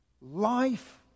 life